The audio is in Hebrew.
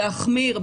להחמיר.